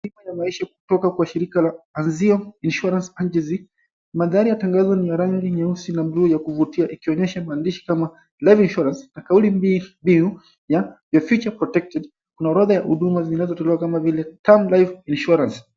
Bima ya maisha kutoka kwa shirika la Anzio Insurance Agencies. Mandhari ya tangazo ni ya rangi nyeusi na buluu ya kuvutia ikionyesha maandishi kama, Life Insurance na kauli mbiu ya, Your Future Protected. Kuna orodha ya huduma zinazotolewa kama vile, Term Life Insurance.